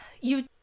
You-